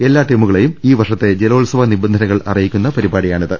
എല്ലാ ടീമുകളെയും ഈ വർഷത്തെ ജലോത്സവ നിബന്ധനകൾ അറി യിക്കുന്ന പരിപാടിയാണിത്